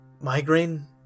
Migraine